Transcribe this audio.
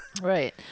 Right